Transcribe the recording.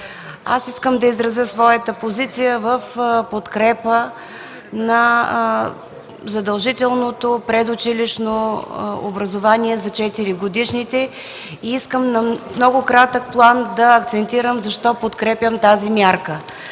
Искам да изразя своята позиция в подкрепа на задължителното предучилищно образование за 4-годишните. В много кратък план ще акцентирам защо подкрепям тази мярка.